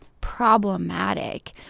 problematic